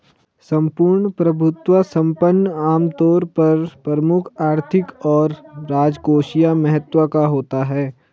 सम्पूर्ण प्रभुत्व संपन्न आमतौर पर प्रमुख आर्थिक और राजकोषीय महत्व का होता है